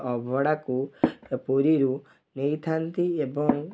ଅଭଡ଼ାକୁ ପୁରୀରୁ ନେଇଥାନ୍ତି ଏବଂ